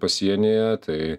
pasienyje tai